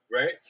Right